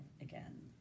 Again